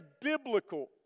biblical